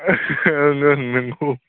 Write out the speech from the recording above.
ओं ओं नंगौ